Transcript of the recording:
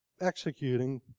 Executing